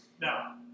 Now